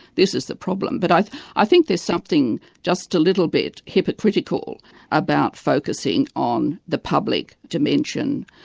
this is the problem. but i i think there's something just a little bit hypocritical about focusing on the public dimension,